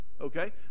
Okay